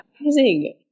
Amazing